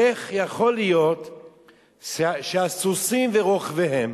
איך יכול להיות שהסוסים ורוכביהם